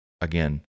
again